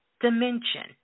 dimension